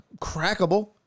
crackable